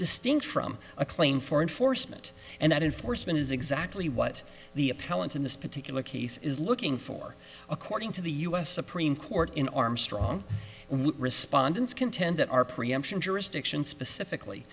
distinct from a claim for enforcement and out in force mean is exactly what the appellant in this particular case is looking for according to the u s supreme court in armstrong respondents contend that our preemption jurisdiction specifically